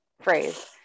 phrase